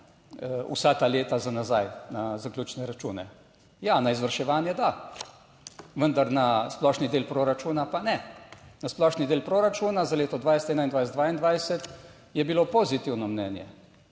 vsa ta leta za nazaj, na zaključne račune. Ja, na izvrševanje, da. Vendar na splošni del proračuna, pa ne. Na splošni del proračuna za leto 2021, 22 je bilo pozitivno mnenje.